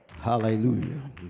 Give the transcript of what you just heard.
Hallelujah